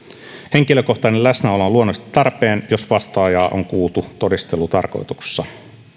henkilökohtainen läsnäolo tarpeen jos vastaajaa on kuultu todistelutarkoituksessa